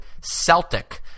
Celtic